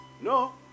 No